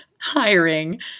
hiring